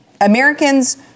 Americans